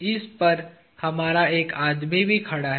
इस पर हमारा एक आदमी भी खड़ा है